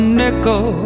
nickel